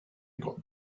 got